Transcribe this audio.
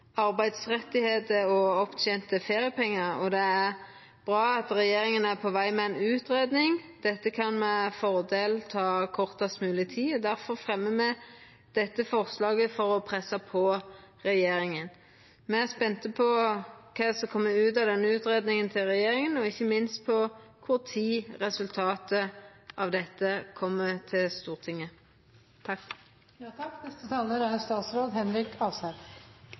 og opptente feriepengar, og det er bra at regjeringa er på veg med ei utgreiing. Dette kan med fordel ta kortast mogleg tid, og difor fremjar me dette forslaget for å pressa på regjeringa. Me er spente på kva som kjem ut av utgreiinga til regjeringa, og ikkje minst på kva tid resultatet kjem til Stortinget.